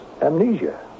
amnesia